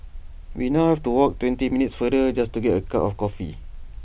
we now have to walk twenty minutes farther just to get A cup of coffee